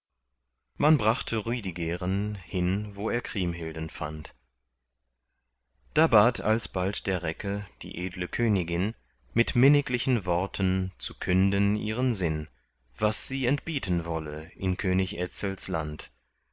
man brachte rüdigeren hin wo er kriemhilden fand da bat alsbald der recke die edle königin mit minniglichen worten zu künden ihren sinn was sie entbieten wolle in könig etzels land